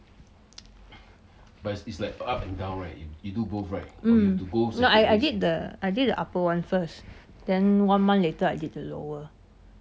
mm no I I I did the I did the upper one first then one month later I did the lower